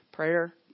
Prayer